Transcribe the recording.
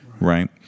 right